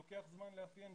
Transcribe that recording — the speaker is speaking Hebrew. זה לוקח זמן לאפיין.